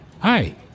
Hi